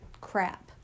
crap